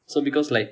so because like